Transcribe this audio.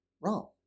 wrong